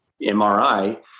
MRI